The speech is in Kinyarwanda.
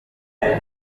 umwana